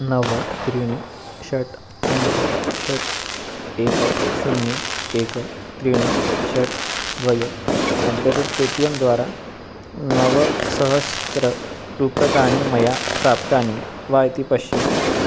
नव त्रीणि षट् पञ्च षट् एकं शून्यं एकं त्रीणि षट् द्वे at the rate Paytm द्वारा नवसहस्ररूप्यकाणि मया प्राप्तानि वा इति पश्य